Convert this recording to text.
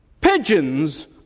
Pigeons